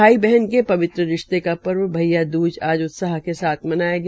भाई बहन के पवित्र रिश्ते का पर्व भैयाद्रज आज उत्साह के साथ मनाया गया